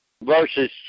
versus